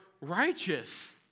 righteous